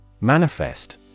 Manifest